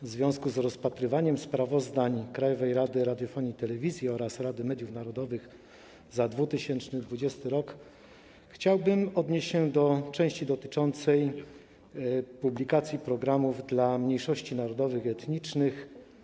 W związku z rozpatrywaniem sprawozdań Krajowej Rady Radiofonii i Telewizji oraz Rady Mediów Narodowych za 2020 r. chciałbym odnieść się do części dotyczącej publikacji programów dla mniejszości narodowych i etnicznych.